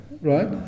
right